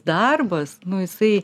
darbas nu jisai